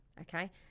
okay